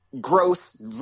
gross